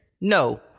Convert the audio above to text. No